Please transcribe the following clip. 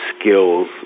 skills